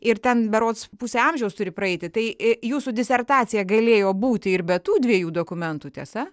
ir ten berods pusė amžiaus turi praeiti tai jūsų disertacija galėjo būti ir be tų dviejų dokumentų tiesa